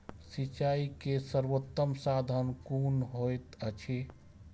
सिंचाई के सर्वोत्तम साधन कुन होएत अछि?